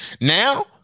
Now